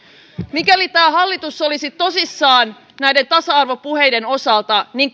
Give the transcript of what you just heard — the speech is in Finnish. mikäli tämä hallitus olisi tosissaan näiden tasa arvopuheiden osalta niin